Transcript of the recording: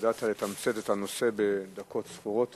שידעת לתמצת את הנושא בדקות ספורות.